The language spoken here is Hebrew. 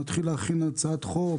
נתחיל להכין הצעת חוק,